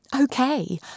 Okay